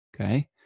okay